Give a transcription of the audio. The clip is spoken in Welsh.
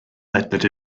ledled